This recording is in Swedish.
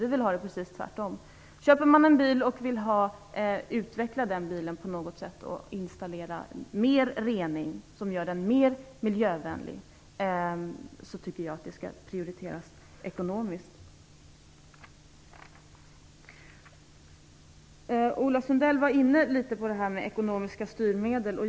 Vi vill ha det precis tvärtom. Jag tycker att det skall prioriteras ekonomiskt om man köper en bil och vill utveckla den bilen på något sätt och installera en rening som gör den mer miljövänlig. Ola Sundell var inne litet på detta med ekonomiska styrmedel.